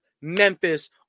Memphis